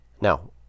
Now